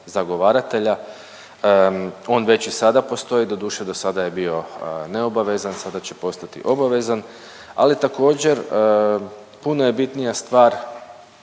zagovaratelja, on već i sada postoji, doduše dosada je bio neobavezan, sada će postati obavezan, ali također puno je bitnija stvar